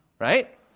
right